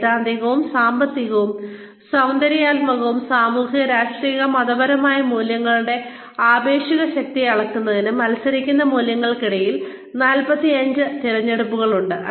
സൈദ്ധാന്തികവും സാമ്പത്തികവും സൌന്ദര്യാത്മകവും സാമൂഹിക രാഷ്ട്രീയവും മതപരവുമായ മൂല്യങ്ങളുടെ ആപേക്ഷിക ശക്തി അളക്കുന്നതിന് മത്സരിക്കുന്ന മൂല്യങ്ങൾക്കിടയിൽ 45 തിരഞ്ഞെടുപ്പുകളുണ്ട്